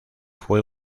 fue